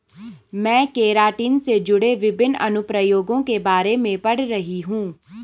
मैं केराटिन से जुड़े विभिन्न अनुप्रयोगों के बारे में पढ़ रही हूं